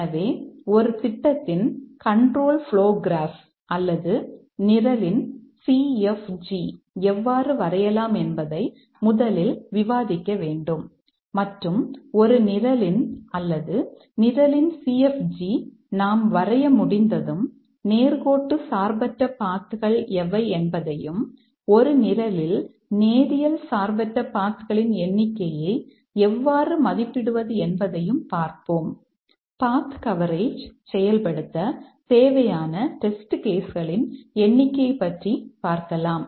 எனவே ஒரு திட்டத்தின் கண்ட்ரோல் ப்ளோ கிராப் களின் எண்ணிக்கை பற்றி பார்க்கலாம்